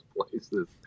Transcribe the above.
places